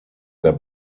their